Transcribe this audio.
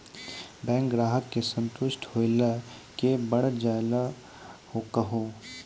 Bank ग्राहक के संतुष्ट होयिल के बढ़ जायल कहो?